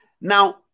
Now